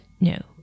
no